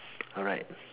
alright